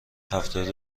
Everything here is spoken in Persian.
هفتاد